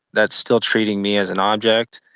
that's still treating me as an object.